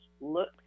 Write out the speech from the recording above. look